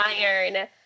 iron